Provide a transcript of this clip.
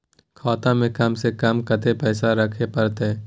खाता में कम से कम कत्ते पैसा रखे परतै?